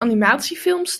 animatiefilms